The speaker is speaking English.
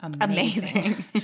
amazing